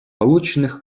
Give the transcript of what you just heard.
полученных